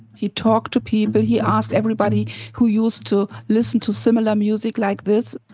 he talked to people. he asked everybody who used to listen to similar music like this.